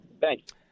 Thanks